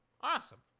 Awesome